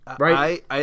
Right